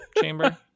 chamber